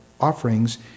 offerings